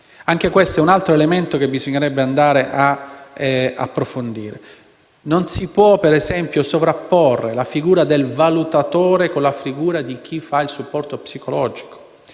Anche questo è un altro elemento che bisognerebbe andare ad approfondire. Non si può sovrapporre la figura del valutatore con quella di chi fa supporto psicologico,